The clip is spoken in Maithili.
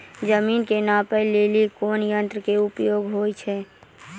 जमीन के नापै लेली कोन यंत्र के उपयोग होय छै?